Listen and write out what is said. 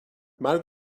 مرگ